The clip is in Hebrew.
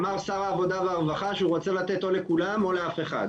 אמר שר העבודה והרווחה שהוא רוצה לתת או לכולם או לאף אחד.